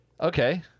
Okay